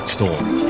Storm